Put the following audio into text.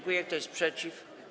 Kto jest przeciw?